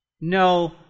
no